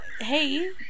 hey